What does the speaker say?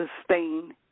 sustain